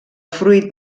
fruit